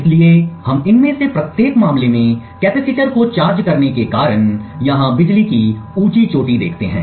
इसलिए हम इनमें से प्रत्येक मामले में कैपेसिटर को चार्ज करने के कारण यहां बिजली की ऊंची चोटी देखते हैं